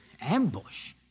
Ambush